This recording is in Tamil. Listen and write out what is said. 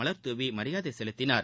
மலர்தூவி மரியாதை செலுத்தினார்